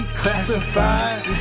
classified